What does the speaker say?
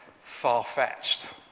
far-fetched